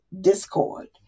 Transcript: discord